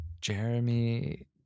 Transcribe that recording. Jeremy